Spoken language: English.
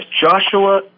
Joshua